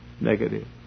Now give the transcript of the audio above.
negative